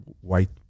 white